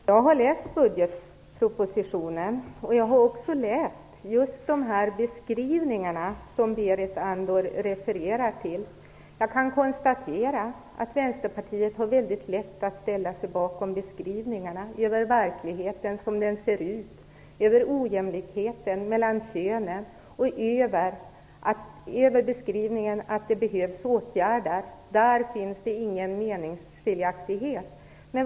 Herr talman! Jag har läst budgetpropositionen och också just de beskrivningar som Berit Andnor refererar till. Jag kan konstatera att det är väldigt lätt för Vänsterpartiet att ställa sig bakom beskrivningarna av verkligheten sådan den är. Det gäller då ojämlikheten mellan könen och behovet av åtgärder. Där finns det inga meningsskiljaktigheter.